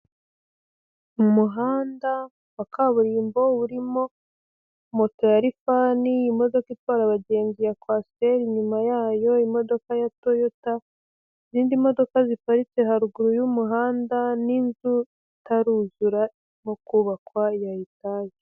Mu muhanda wa kaburimbo urimo moto ya rifani, modoka itwara abagenzi ya kwasiteri nyuma yayo imodoka ya toyota n'indi modoka ziparitse haruguru y'umuhanda, n'inzu itaruzura irimo kubakwa ya etaje.